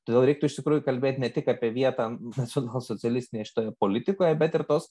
todėl reiktų iš tikrųjų kalbėt ne tik apie vietą nacionalsocialistinėj šitoje politikoje bet ir tos